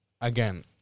again